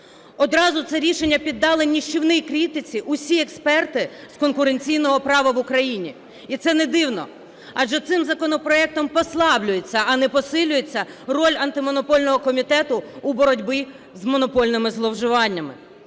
Одразу це рішення піддали нищівній критиці усі експерти з конкуренційного права в Україні. І це недивно. Адже цим законопроектом послаблюється, а не посилюється роль Антимонопольного комітету у боротьбі з монопольними зловживаннями.